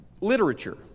literature